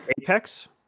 Apex